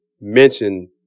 mention